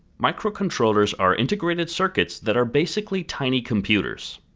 microcontrollers are integrated circuits that are basically tiny computers.